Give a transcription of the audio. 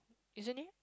isn't it